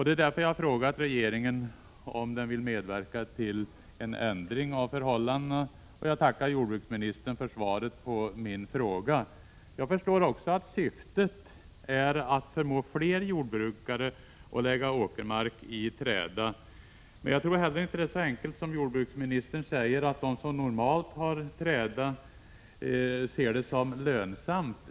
Det är därför som jag har frågat regeringen om den vill medverka till en ändring av förhållandena. Jag förstår att syftet med ersättningen är att förmå flera jordbrukare att lägga åkermark i träda. Men jag tror inte att det är så enkelt som jordbruksministern säger, att de som normalt har träda i växtföljden ser det som lönsamt.